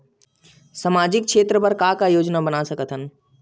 सामाजिक क्षेत्र बर का का योजना बना सकत हन?